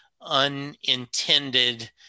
unintended